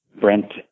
Brent